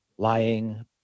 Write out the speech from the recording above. Lying